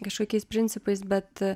kažkokiais principais bet